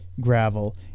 gravel